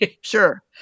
Sure